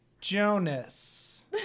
Jonas